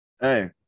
Hey